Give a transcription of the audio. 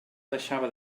deixava